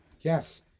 Yes